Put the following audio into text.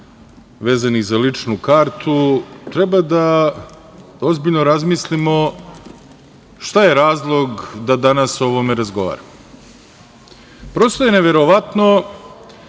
vezanih za ličnu kartu treba ozbiljno da razmislimo šta je razlog da danas o ovome razgovaramo. Prosto je neverovatno